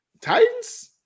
Titans